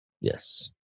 Yes